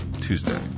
Tuesday